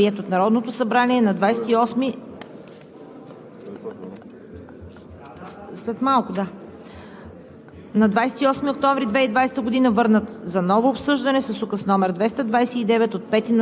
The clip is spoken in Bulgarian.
декември 2020 г.: „1. Повторно гласуване на оспорените разпоредби от Закона за изменение и допълнение на Кодекса на търговското корабоплаване, приет от Народното събрание на 28